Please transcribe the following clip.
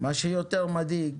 מה שיותר מדאיג,